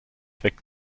weckt